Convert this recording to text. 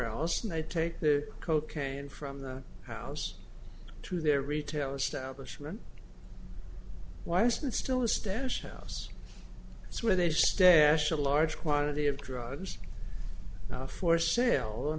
else and they take the cocaine from the house to their retail establishment weissmann still a stash house where they stash a large quantity of drugs for sale and